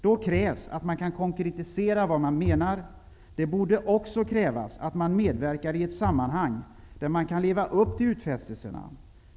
Då krävs att man kan konkretisera vad man menar. Det borde också krävas att man medverkar i ett sammanhang, där man kan leva upp till utfästelserna.